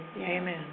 Amen